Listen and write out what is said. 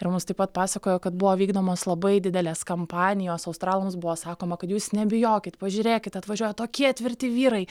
ir mums taip pat pasakojo kad buvo vykdomos labai didelės kampanijos australams buvo sakoma kad jūs nebijokit pažiūrėkit atvažiuoja tokie tvirti vyrai